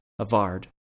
Avard